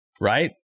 right